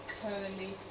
Curly